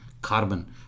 carbon